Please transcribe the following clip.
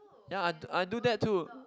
ya I do I do that too